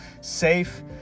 safe